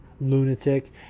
lunatic